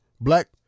Black